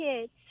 kids